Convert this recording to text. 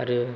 आरो